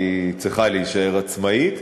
והיא צריכה להישאר עצמאית.